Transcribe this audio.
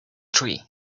tree